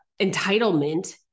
entitlement